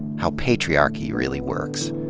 how patriarchy really works.